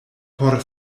por